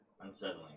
unsettling